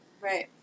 Right